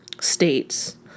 states